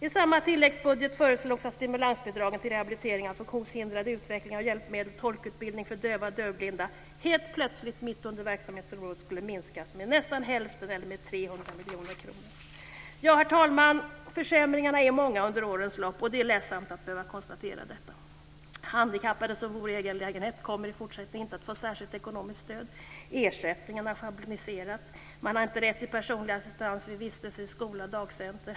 I samma tilläggsbudget föreslogs att stimulansbidragen till rehabilitering av funktionshindrade, utveckling av hjälpmedel och tolkutbildning för döva och dövblinda helt plötsligt, mitt under verksamhetsåret, skulle minskas med nästan hälften, eller med Herr talman! Försämringarna har varit många under årens lopp. Det är ledsamt att behöva konstatera detta. Handikappade som bor i egen lägenhet kommer i fortsättningen inte att få särskilt ekonomiskt stöd. Ersättningen har schabloniserats. Man har inte rätt till personlig assistans vid vistelse i skola och dagcenter.